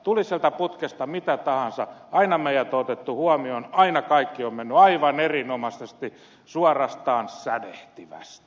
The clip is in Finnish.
tuli sieltä putkesta mitä tahansa aina meidät on otettu huomioon aina kaikki on mennyt aivan erinomaisesti suorastaan sädehtivästi